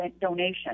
donation